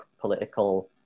political